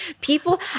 people